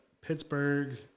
Pittsburgh